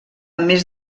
més